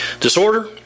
Disorder